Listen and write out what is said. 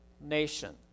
nation